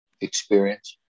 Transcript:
experience